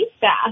bath